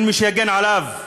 אין מי שיגן עליו.